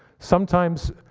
sometimes,